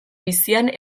bizian